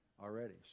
already